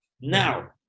Now